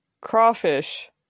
crawfish